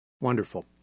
Wonderful